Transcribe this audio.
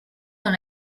dans